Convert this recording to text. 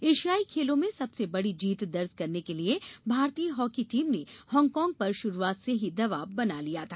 एशियाई खेलों में सबसे बड़ी जीत दर्ज करने के लिये भारतीय हांकी टीम ने हांगकांग पर शुरूआत से ही दबाव बना लिया था